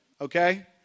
okay